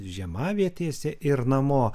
žiemavietėse ir namo